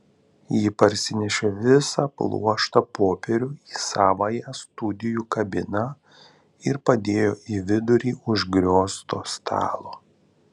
ji parsinešė visą pluoštą popierių į savąją studijų kabiną ir padėjo į vidurį užgriozto stalo